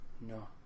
no